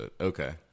Okay